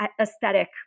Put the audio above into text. aesthetic